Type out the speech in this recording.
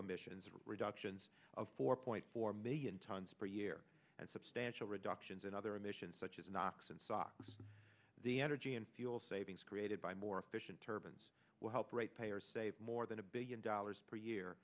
emissions reductions of four point four million tons per year and substantial reductions in other emissions such as knox and sachs the energy and fuel savings created by more efficient turbans will help ratepayers save more than a billion dollars per year